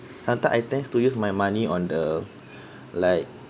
sometime I tends to use my money on the like